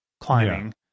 climbing